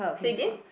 say again